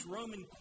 Roman